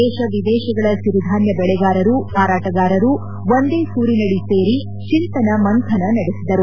ದೇಶ ವಿದೇಶಗಳ ಸಿರಿಧಾನ್ಯ ಬೆಳೆಗಾರರು ಮಾರಾಟಗಾರರು ಒಂದೇ ಸೂರಿನಡಿ ಸೇರಿ ಚಿಂತನ ಮಂಥನ ನಡೆಸಿದರು